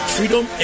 Freedom